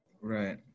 Right